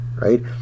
right